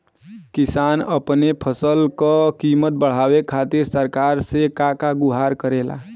किसान अपने फसल क कीमत बढ़ावे खातिर सरकार से का गुहार करेला?